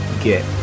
get